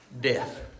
Death